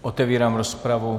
Otevírám rozpravu.